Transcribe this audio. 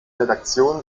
redaktion